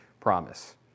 promise